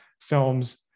films